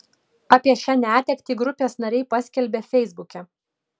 apie šią netektį grupės nariai paskelbė feisbuke